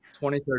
2013